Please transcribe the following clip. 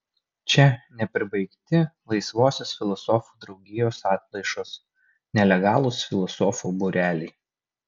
čia nepribaigti laisvosios filosofų draugijos atplaišos nelegalūs filosofų būreliai